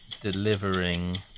delivering